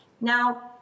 Now